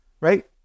right